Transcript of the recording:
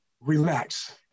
relax